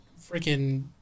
freaking